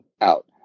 out